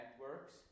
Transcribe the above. networks